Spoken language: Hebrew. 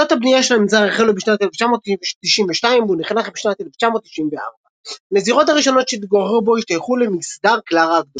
עבודות הבנייה של המנזר החלו בשנת 1992 והוא נחנך בשנת 1994. הנזירות הראשונות שהתגוררו בו השתייכו למסדר קלרה הקדושה.